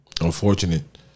Unfortunate